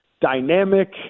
dynamic